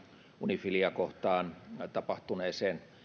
unifiliä kohtaan tapahtuneeseen